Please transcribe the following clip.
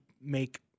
make